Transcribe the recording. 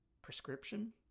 prescription